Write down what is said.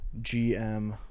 GM